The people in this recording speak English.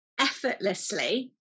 effortlessly